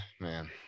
man